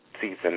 season